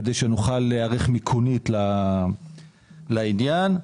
כדי שנוכל להיערך לעניין מבחינה מיכונית;